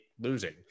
losing